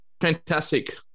Fantastic